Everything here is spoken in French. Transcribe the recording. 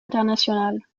internationales